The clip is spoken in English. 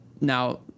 Now